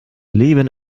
leben